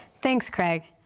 thanks, craig.